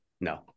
no